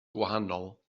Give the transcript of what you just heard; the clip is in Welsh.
gwahanol